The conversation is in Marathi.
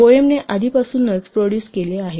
बोहमने आधीपासूनच प्रोडुस केले आहे